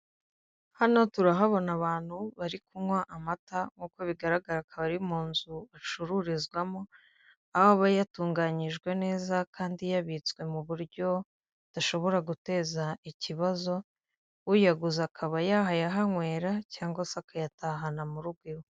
Hano turahabona abantu bari kunywa amata nk'uko bigaragara, akaba ari mu nzu bacururizamo, aho aba yatunganyijwe neza kandi yabitswe mu buryo adashobora guteza ikibazo, uyaguze akaba yayahanywera cyangwa se akayatahana mu rugo.